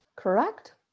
Correct